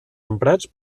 emprats